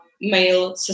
male